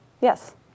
Yes